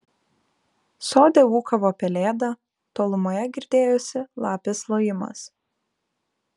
sode ūkavo pelėda tolumoje girdėjosi lapės lojimas